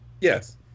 Yes